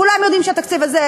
כולם יודעים שהתקציב הזה,